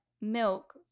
milk